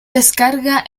descarga